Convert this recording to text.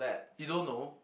you don't know